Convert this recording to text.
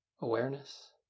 awareness